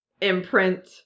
imprint